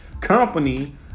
Company